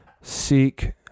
seek